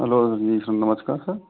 hello ji sir नमस्कार sir